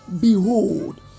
Behold